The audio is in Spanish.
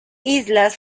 islas